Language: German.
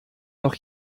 noch